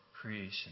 creation